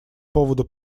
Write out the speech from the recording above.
поводу